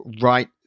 right